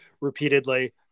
repeatedly